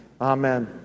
Amen